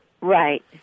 Right